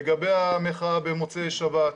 לגבי המחאה במוצאי שבת,